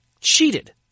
cheated